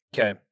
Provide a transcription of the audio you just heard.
Okay